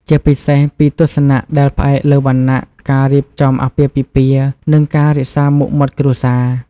ជាពិសេសពីទស្សនៈដែលផ្អែកលើវណ្ណៈ ការរៀបចំអាពាហ៍ពិពាហ៍ និងការរក្សាមុខមាត់គ្រួសារ។